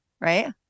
Right